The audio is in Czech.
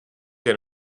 jen